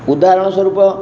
ଉଦାହରଣ ସ୍ୱରୂପ